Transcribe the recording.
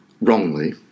wrongly